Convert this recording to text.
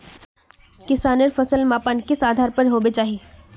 किसानेर फसल मापन किस आधार पर होबे चही?